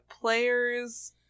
Players